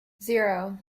zero